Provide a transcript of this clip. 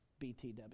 BTW